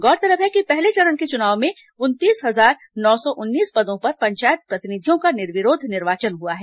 गौरतलब है कि पहले चरण के चुनाव में उनतीस हजार नौ सौ उन्नीस पदों पर पंचायत प्रतिनिधियों का निर्विरोध निर्वाचन हुआ है